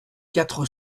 quatre